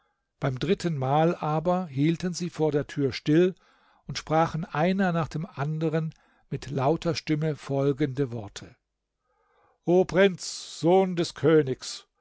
beim dritten mal aber hielten sie vor der tür still und sprachen einer nach dem anderen mit lauter stimme folgende worte o prinz sohn des königs